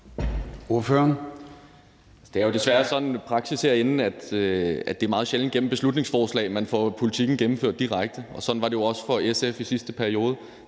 Det er jo desværre sådan, at praksis herinde er, at det meget sjældent er gennem beslutningsforslag, at man får sin politik gennemført direkte, og sådan var det også for SF i sidste periode.